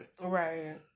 Right